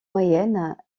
moyenne